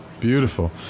beautiful